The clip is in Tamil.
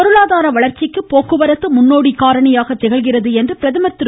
பொருளாதார வளர்ச்சிக்கு போக்குவரத்து முன்னோடி காரணியாக திகழ்கிறது என்று பிரதமர் திரு